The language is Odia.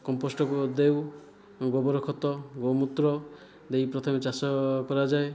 କମ୍ପୋଷ୍ଟକୁ ଦେଇ ଗୋବର ଖତ ଗୋମୂତ୍ର ଦେଇ ପ୍ରଥମେ ଚାଷ କରାଯାଏ